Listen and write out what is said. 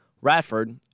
Radford